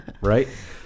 right